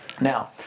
Now